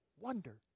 Wonder